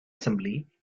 assembly